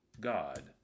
God